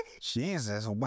Jesus